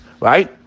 right